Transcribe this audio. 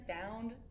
found